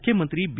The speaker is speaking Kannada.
ಮುಖ್ಯಮಂತ್ರಿ ಬಿ